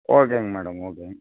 ஓகேங்க மேடம் ஓகேங்க